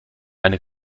eine